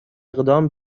اقدام